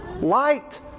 Light